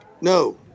no